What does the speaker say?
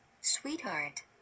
Sweetheart